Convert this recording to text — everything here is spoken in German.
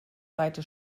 seite